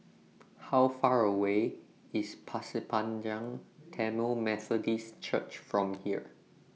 How Far away IS Pasir Panjang Tamil Methodist Church from here